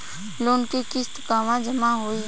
Loan के किस्त कहवा जामा होयी?